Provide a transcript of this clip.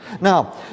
Now